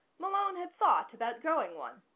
malone had thought about growing one.